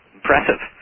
Impressive